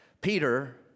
Peter